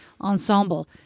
ensemble